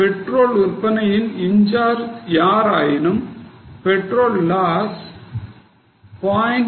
So petrol விற்பனையின் in charge யாராயினும் petrol loss 0